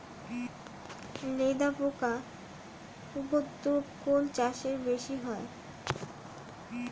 লেদা পোকার উপদ্রব কোন চাষে বেশি হয়?